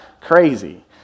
crazy